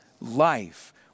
life